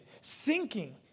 sinking